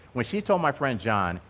when she told my friend john,